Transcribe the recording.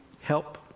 help